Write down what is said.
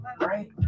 right